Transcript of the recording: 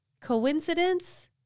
Coincidence